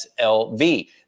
SLV